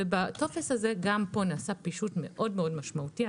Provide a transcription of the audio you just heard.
ובו גם פה נעשה פישוט מאוד משמעותי.